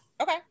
okay